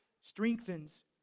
strengthens